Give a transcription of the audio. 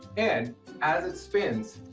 and as it spins,